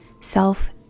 self